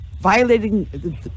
violating